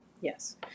Yes